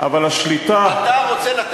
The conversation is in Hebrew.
אבל השליטה, אתה רוצה לתת